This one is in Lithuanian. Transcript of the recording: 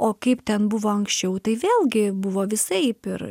o kaip ten buvo anksčiau tai vėlgi buvo visaip ir